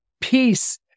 peace